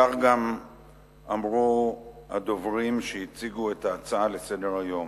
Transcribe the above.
כך גם אמרו הדוברים שהציגו את ההצעה לסדר-היום.